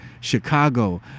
Chicago